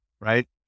Right